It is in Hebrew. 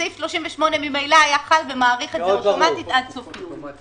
סעיף 38 ממילא היה חל ומאריך את זה אוטומטית עד סוף יוני.